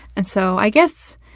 and, so, i guess,